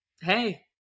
hey